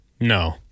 No